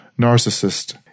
narcissist